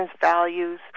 values